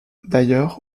d’ailleurs